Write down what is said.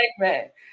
segment